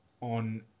on